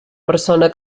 persona